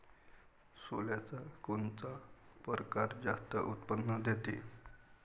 सोल्याचा कोनता परकार जास्त उत्पन्न देते?